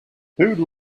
who